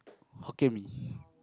Hokkien-Mee